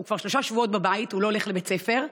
כבר שלושה שבועות בבית, הוא לא הולך לבית הספר.